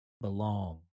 belong